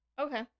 Okay